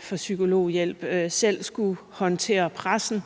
til psykologhjælp, de har selv skullet håndtere pressen.